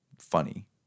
funny